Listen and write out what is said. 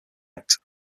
object